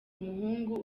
umuhungu